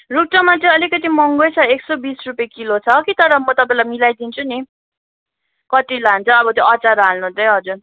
रुख टमाटर अलिकति महँगै छ एक सय बिस रुपियाँ किलो छ कि तर म तपाईँलाई मिलाइदिन्छु नि कति लान्छ अब त्यो अचार हाल्नु चाहिँ हजुर